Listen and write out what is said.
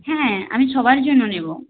হ্যাঁ আমি সবার জন্য নেবো